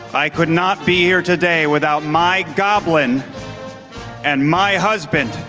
i could not be here today without my goblin and my husband,